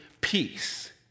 peace